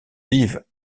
vives